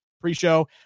pre-show